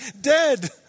dead